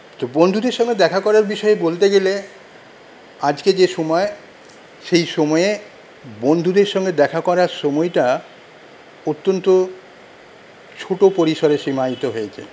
তো বন্ধুদের সঙ্গে দেখা করার বিষয়ে বলতে গেলে আজকে যে সময় সেই সময়ে বন্ধুদের সঙ্গে দেখা করার সময়টা অত্যন্ত ছোট পরিসরে সীমায়িত হয়েছে